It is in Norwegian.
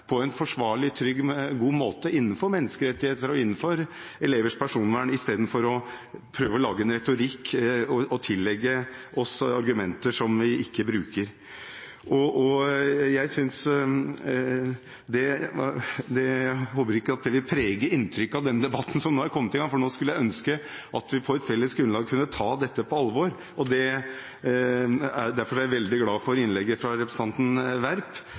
på en forsvarlig, trygg og god måte innenfor menneskerettigheter og elevers personvern istedenfor å prøve å lage en retorikk og tillegge oss argumenter som vi ikke bruker. Jeg håper ikke at dette vil prege inntrykket av denne debatten som nå er kommet i gang, for nå skulle jeg ønske at vi på et felles grunnlag kunne ta dette på alvor, og derfor er jeg veldig glad for innlegget fra representanten Werp